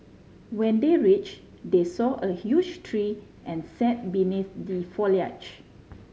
when they reach they saw a huge tree and sat beneath the foliage